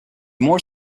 more